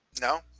No